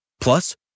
Plus